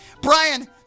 Brian